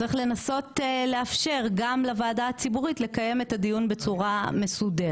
צריך לנסות לאפשר גם לוועדה הציבורית לקיים את הדיון בצורה מסודרת.